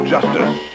Justice